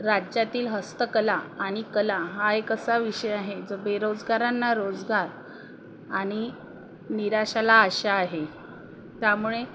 एक असा विषय आहे जो बेरोजगारांना रोजगार आणि निराशाला आशा आहे त्यामुळे